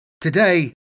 Today